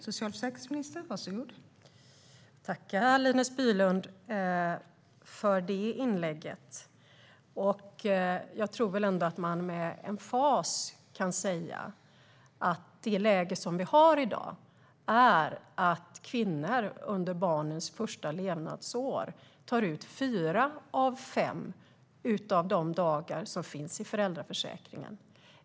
Fru talman! Tack, Linus Bylund, för inlägget! Jag tror ändå att man med emfas kan säga att det läge som vi har i dag är att kvinnor under barnens första levnadsår tar ut fyra av de fem dagarna i föräldraförsäkringen.